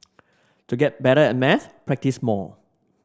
to get better at maths practise more